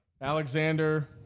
Alexander